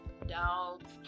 dogs